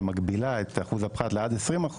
שמגבילה את אחוז הפחת לעד 20%,